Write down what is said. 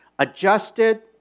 adjusted